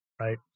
right